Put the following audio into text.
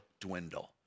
dwindle